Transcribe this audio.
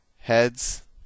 heads